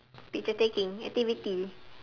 picture taking activity